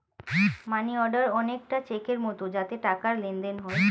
মানি order অনেকটা চেকের মতো যাতে টাকার লেনদেন হয়